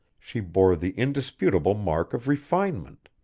she bore the indisputable mark of refinement.